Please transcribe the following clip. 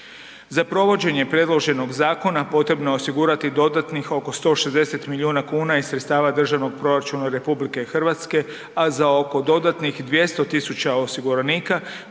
Za provođenje predloženog zakona potrebno je osigurati dodatnih oko 160 milijuna kuna iz sredstava Državnog proračuna RH, a za oko dodatnih 200 000 osiguranika